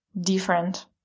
Different